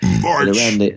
March